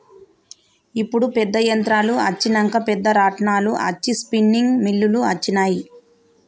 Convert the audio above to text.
ఇప్పుడు పెద్ద యంత్రాలు అచ్చినంక పెద్ద రాట్నాలు అచ్చి స్పిన్నింగ్ మిల్లులు అచ్చినాయి